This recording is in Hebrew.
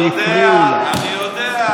אני יודע, אני יודע.